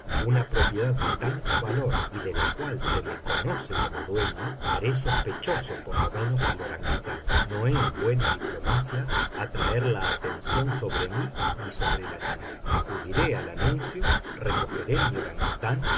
una propiedad de tanto valor y de la cual se me conoce como dueño haré sospechoso por lo menos al orangután no es buena diplomacia atraer la atención sobre mí ni sobre el animal acudiré al anuncio recogeré mi orangután